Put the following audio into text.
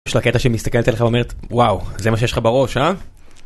יש לה קטע שחא מסתכלת עליך ואומרת, וואו, זה מה שיש לך בראש, אה?